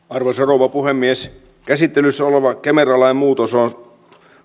arvoisa rouva puhemies käsittelyssä oleva kemera lain muutos on